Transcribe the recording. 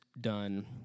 done